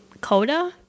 Coda